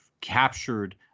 captured